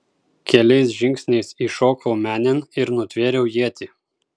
keliais žingsniais įšokau menėn ir nutvėriau ietį